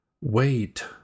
wait